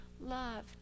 Love